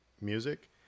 music